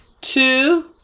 Two